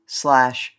slash